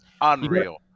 Unreal